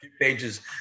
pages